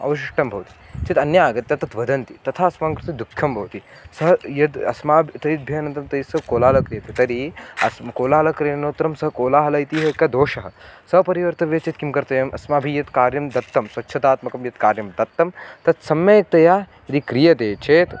अवशिष्टं भवति चेत् अन्ये आगत्य तत् वदन्ति तथा अस्माकं कृते दुःखं भवति सः यद् अस्माब् तेभ्यः अनन्तरं तैः सह कोलाहलं क्रियते तर्हि अस् कोलाहलक्रयणोत्तरं सः कोलाहलम् इति एकः दोषः सः परिवर्तव्य चेत् किं कर्तव्यम् अस्माभिः यत् कार्यं दत्तं स्वच्छतात्मकं यत् कार्यं दत्तं तत् सम्यकतया यदि क्रियते चेत्